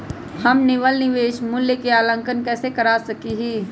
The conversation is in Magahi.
हम निवल भविष्य मूल्य के आंकलन कैसे कर सका ही?